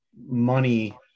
money